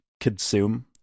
consume